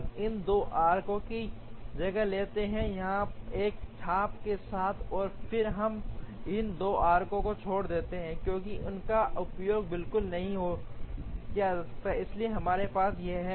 हम इन 2 आर्क्स की जगह लेते हैं यहां एक चाप के साथ और फिर हम इन 2 आर्क्स को छोड़ देते हैं क्योंकि उनका उपयोग बिल्कुल नहीं किया जाता है इसलिए हमारे पास यह है